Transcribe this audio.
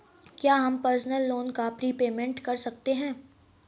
क्या हम personal loan का प्रीपेमेंट कर सकते हैं?